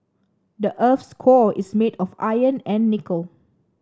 the earth's core is made of iron and nickel